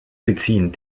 beziehen